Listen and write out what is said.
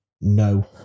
no